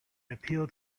appeal